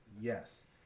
Yes